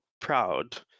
proud